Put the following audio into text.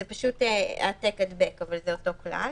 בפסקה (19)"